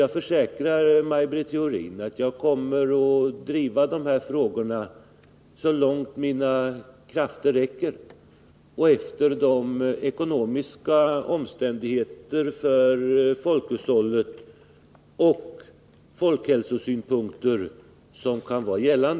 Jag försäkrar Maj Britt Theorin att jag kommer att driva de här frågorna så långt mina krafter räcker och så långt det är möjligt både med hänsyn till de ekonomiska omständigheter som råder för folkhushållet och med hänsyn till folkhälsosynpunkterna.